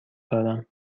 دارم